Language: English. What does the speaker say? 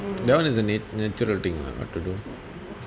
that one is a nat~ natural thing lah what to do